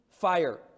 fire